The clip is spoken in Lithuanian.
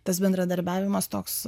tas bendradarbiavimas toks